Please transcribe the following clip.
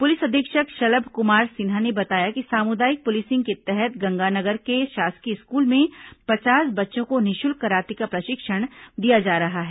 police अधीक्षक शलभ कुमार सिन्हा ने बताया कि सामुदायिक पुलिसिंग के तहत गंगानगर के शासकीय स्कूल में पचास बच्चों को निःशुल्क कराते का प्रशिक्षण दिया जा रहा है